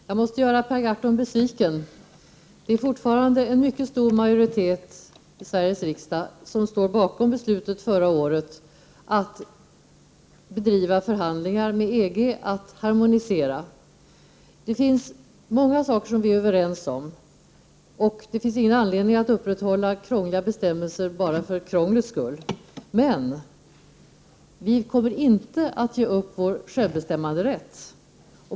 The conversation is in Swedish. Fru talman! Jag måste göra Per Gahrton besviken. Fortfarande står en mycket stor majoritet i Sveriges riksdag bakom beslutet förra året att bedriva förhandlingar med EG om att harmonisera. Många saker är vi överens om, och det finns ingen anledning att upprätthålla krångliga bestämmelser bara för krånglets skull, men vi kommer inte att ge upp vår självbestämmanderätt.